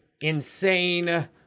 insane